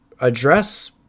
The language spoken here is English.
address